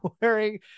wearing